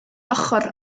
ochr